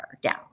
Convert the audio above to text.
down